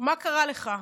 מה קרה לך?